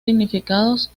significados